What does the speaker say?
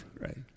right